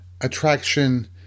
attraction